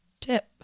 tip